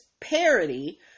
parody